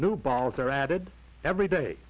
new balls are added every day